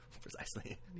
Precisely